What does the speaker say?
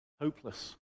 hopeless